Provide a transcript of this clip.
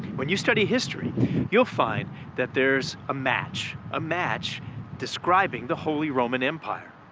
when you study history you'll find that there's a match, a match describing the holy roman empire.